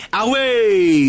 away